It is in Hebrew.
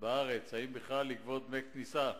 בארץ אם בכלל לגבות דמי כניסה